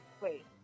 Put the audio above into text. Wait